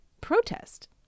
protest